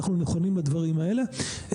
אנחנו נכונים לדברים האלה.